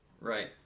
right